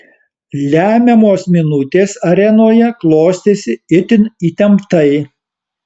lemiamos minutės arenoje klostėsi itin įtemptai